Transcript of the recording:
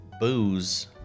booze